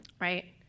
right